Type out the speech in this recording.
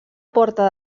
porta